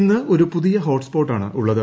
ഇന്ന് ഒരു പുതിയ ഹോട്ട് സ്പോട്ടാണ് ഉള്ളത്